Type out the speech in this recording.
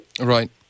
Right